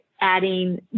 adding